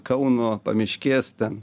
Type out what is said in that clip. kauno pamiškės ten